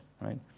right